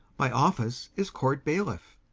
my office is court-bailiff,